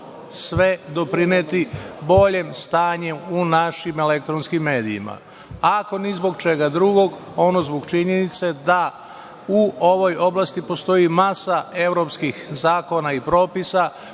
sve doprineti boljem stanju u našim elektronskim medijima. Ako ni zbog čega drugog, ono zbog činjenice da u ovoj oblasti postoji masa evropskih zakona i propisa